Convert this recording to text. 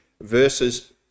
versus